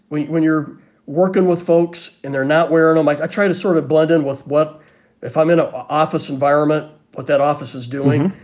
when when you're working with folks and they're not wearing. no, like, i try to sort of blend in with what if i'm in an office environment, but that office is doing.